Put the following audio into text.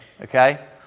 Okay